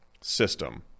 system